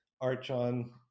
archon